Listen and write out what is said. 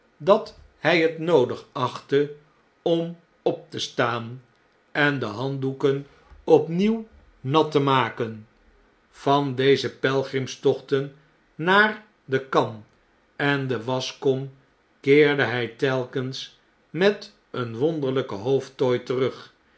dat hij het noodig achtte om op te staan en de handdoeken opnieuw nat te maken van deze pelgrimstochten naar dekan en de waschkom keerde hij telkens met een wonderljjken hoofdtooi terug